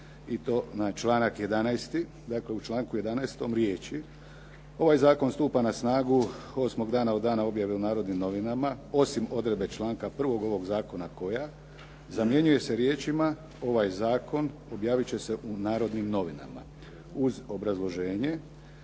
Dakle u članku 11. riječi: "ovaj Zakon stupa na snagu 8. dana od dana objave u "Narodnim novinama", osim odredbe članka 1. ovog Zakona koja" zamjenjuje se riječima: "ovaj Zakon objaviti će se u "Narodnim novinama"". Uz obrazloženje.